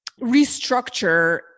restructure